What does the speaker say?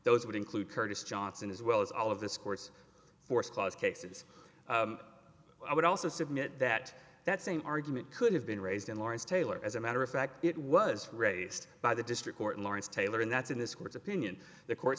those would include curtis johnson as well as all of this course forest clause cases i would also submit that that same argument could have been raised in lawrence taylor as a matter of fact it was raised by the district court in lawrence taylor and that's in this court's opinion the court